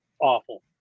awful